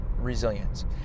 resilience